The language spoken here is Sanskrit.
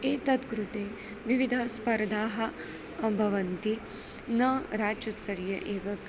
एतत्कृते विविधस्पर्धाः भवन्ति न राज्यस्तरीयाः एव